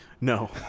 no